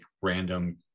random